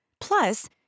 Plus